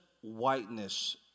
whiteness